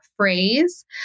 phrase